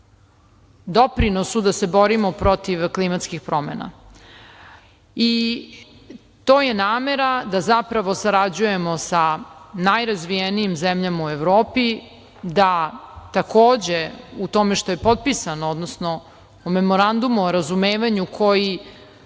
doprinosu da se borimo protiv klimatskih promena. To je namera da zapravo sarađujemo sa najrazvijenijim zemljama u Evropi i da takođe u tome što je potpisano u memorandumu o razumevanju koji